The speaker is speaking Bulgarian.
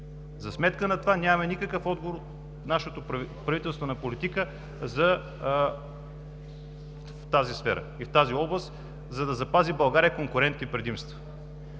За сметка на това нямаме никакъв отговор за нашата правителствена политика в тази сфера и в тази област, за да запази България конкурентните си предимства.